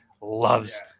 loves